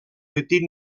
petit